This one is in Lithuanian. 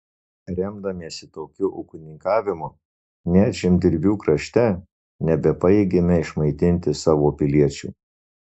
remdamiesi tokiu ūkininkavimu net žemdirbių krašte nebepajėgėme išmaitinti savo piliečių